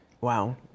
wow